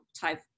type